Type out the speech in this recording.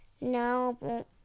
No